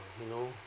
you know